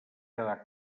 quedar